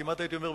כמעט הייתי אומר,